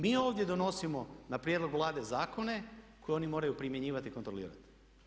Mi ovdje donosimo na prijedlog Vlade zakone koji oni moraju primjenjivati i kontrolirat.